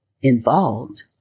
involved